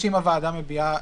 כשהוועדה מחוקקת